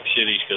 cities